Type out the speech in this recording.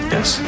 Yes